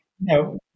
no